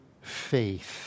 faith